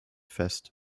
fest